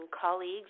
colleagues